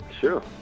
Sure